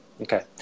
Okay